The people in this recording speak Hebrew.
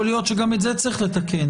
יכול להיות שגם את זה צריך לתקן.